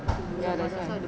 ya that's why